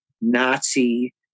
Nazi